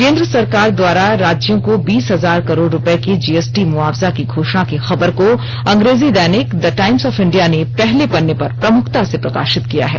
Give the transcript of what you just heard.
केंद्र सरकार द्वारा राज्यों को बीस हजार करोड़ रूपये की जीएसटी मुआवजा की घोषणा की खबर को अंग्रेजी दैनिक द टाईम्स ऑफ इंडिया ने पहले पन्ने पर प्रमुखता से प्रकाशित किया है